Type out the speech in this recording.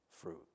fruit